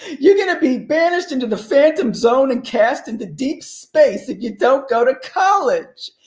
you're gonna be banished into the phantom zone and cast into deep space if you don't go to college.